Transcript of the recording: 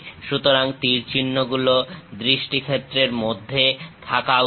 সুতরাং তীর চিহ্নগুলো দৃষ্টি ক্ষেত্রের মধ্যে থাকা উচিত